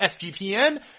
sgpn